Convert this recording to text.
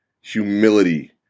humility